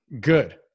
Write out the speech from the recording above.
Good